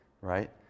Right